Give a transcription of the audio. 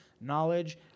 knowledge